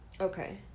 Okay